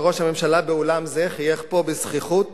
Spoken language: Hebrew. וראש הממשלה באולם זה חייך בזחיחות